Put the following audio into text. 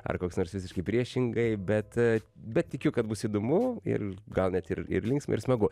ar koks nors visiškai priešingai bet bet tikiu kad bus įdomu ir gal net ir ir linksma ir smagu